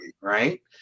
right